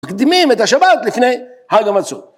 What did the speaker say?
מקדמים את השבת לפני, חג המצות.